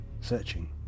searching